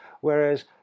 Whereas